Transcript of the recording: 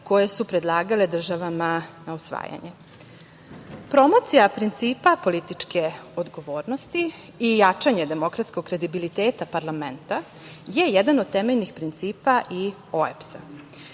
koje su predlagale državama na usvajanje. Promocija principa političke odgovornosti i jačanje demokratskog kredibiliteta parlamenta je jedan od temeljnih principa i OEBS-a. Godine